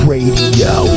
Radio